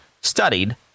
studied